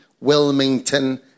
Wilmington